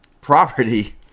property